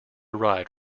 ride